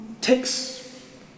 takes